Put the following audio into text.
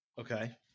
Okay